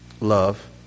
love